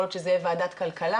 יכול להיות שזה יהיה בוועדת הכלכלה,